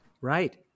Right